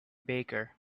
baker